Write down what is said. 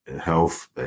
health